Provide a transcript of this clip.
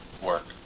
work